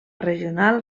regional